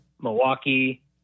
Milwaukee